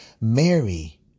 Mary